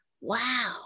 Wow